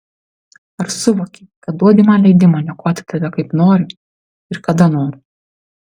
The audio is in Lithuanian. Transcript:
ar suvoki kad duodi man leidimą niokoti tave kaip noriu ir kada noriu